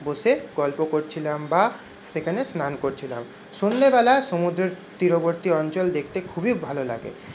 বসে গল্প করছিলাম বা সেখানে স্নান করছিলাম সন্ধেবেলা সমুদ্রের তীরবর্তী অঞ্চল দেখতে খুবই ভালো লাগে